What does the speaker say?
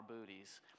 booties